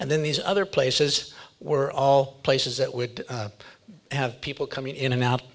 and then these other places were all places that would have people coming in and out